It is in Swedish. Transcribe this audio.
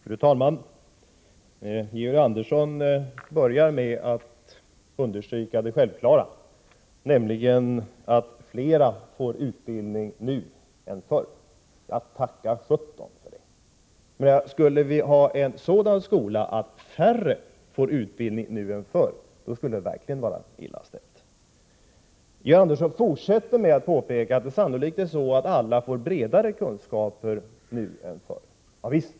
Fru talman! Georg Andersson börjar med att understryka det självklara, nämligen att flera än förr nu får utbildning. Ja, tacka sjutton för det! Skulle vi ha en sådan skola att färre får utbildning nu än förr, skulle det verkligen vara illa ställt. Georg Andersson fortsätter med att påpeka att det sannolikt är så att alla får bredare kunskaper nu än förr.